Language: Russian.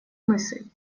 мысль